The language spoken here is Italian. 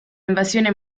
invasione